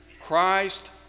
Christ